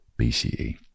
BCE